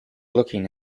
looking